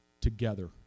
together